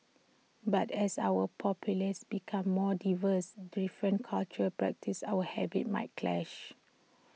but as our populace becomes more diverse different cultural practices or A habits might clash